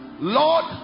Lord